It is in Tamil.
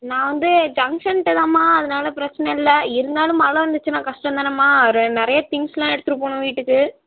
நான் வந்து ஜங்ஷன்கிட்ட தான்மா அதனால பிரச்சன இல்லை இருந்தாலும் மழை வந்துச்சுனால் கஷ்டம்தானேமா நிறைய திங்ஸெலாம் எடுத்துட்டு போகணும் வீட்டுக்கு